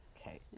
Okay